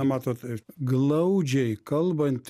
matot glaudžiai kalbant